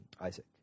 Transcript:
isaac